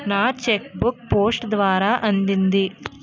నా cheque book post ద్వారా అందింది